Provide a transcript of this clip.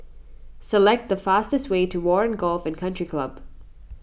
select the fastest way to Warren Golf and Country Club